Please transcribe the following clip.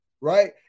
right